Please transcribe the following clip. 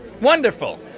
Wonderful